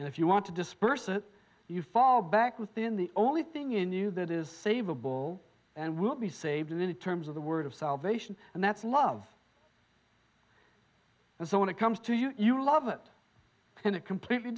and if you want to disperse it you fall back within the only thing in you that is favorable and will be saved in terms of the word of salvation and that's love and so when it comes to you you love it and it completely